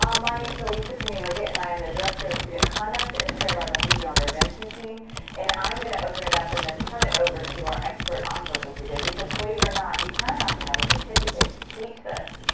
um my name's alisa cooney liggett and i am the director of student conduct and the chair of our behavior intervention team and i'm gonna open it up and then turn it over to our expert on verbal judo because believe it or not you kind of have to have a certificate to teach this,